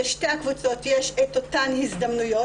לשתי הקבוצות יש את אותן הזדמנויות.